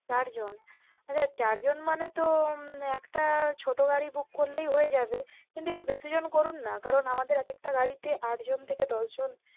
চারজন আচ্ছা চারজন মানে তো একটা ছোটো গাড়ি বুক করলেই হয়ে যাবে কিন্তু একটু বেশিজন করুন না কারণ আমাদের এক একটা গাড়িতে আটজন থেকে দশজন